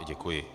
Děkuji.